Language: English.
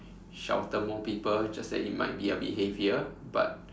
shelter more people just that it might be a bit heavier but